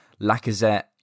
Lacazette